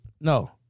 No